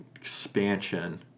expansion